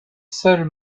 seuls